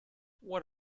what